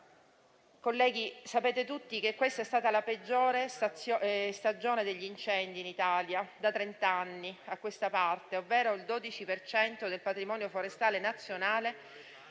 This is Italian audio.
Colleghi, sapete tutti che questa è stata la peggiore stagione degli incendi in Italia da trent'anni a questa parte: il 12 per cento del patrimonio forestale nazionale